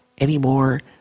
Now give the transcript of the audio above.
Anymore